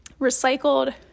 recycled